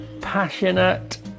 passionate